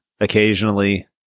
occasionally